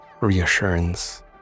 reassurance